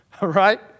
Right